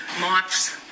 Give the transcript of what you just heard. mops